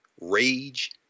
Rage